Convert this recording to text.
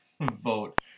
vote